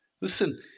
Listen